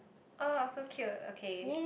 oh so cute okay